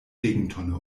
regentonne